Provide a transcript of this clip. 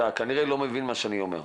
אתה כנראה לא מבין מה שאני אומר,